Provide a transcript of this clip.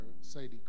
Sadie